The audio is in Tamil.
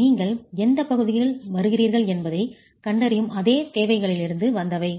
நீங்கள் எந்தப் பகுதிகளில் வருகிறீர்கள் என்பதைக் கண்டறியும் அதே தேவைகளிலிருந்து வந்தவை